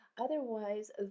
otherwise